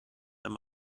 wenn